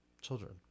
children